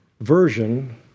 version